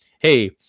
hey